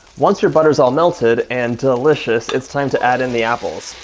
once your butter is all melted and delicious, it's time to add in the apples,